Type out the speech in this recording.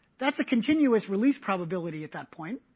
that's a continuous release probability at that point.